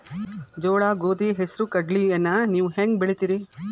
ಜೋಳ, ಗೋಧಿ, ಹೆಸರು, ಕಡ್ಲಿಯನ್ನ ನೇವು ಹೆಂಗ್ ಬೆಳಿತಿರಿ?